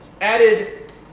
added